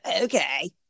Okay